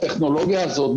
הטכנולוגיה הזאת,